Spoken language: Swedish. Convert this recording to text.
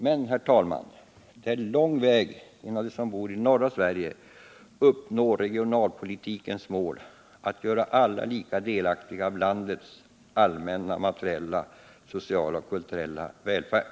Men, herr talman, det är en lång väg att vandra innan de som bor i norra Sverige får del av regionalpolitikens mål att göra alla lika delaktiga av landets allmänna materiella, sociala och kulturella välfärd.